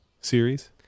series